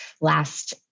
last